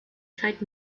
zeit